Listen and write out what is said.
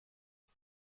die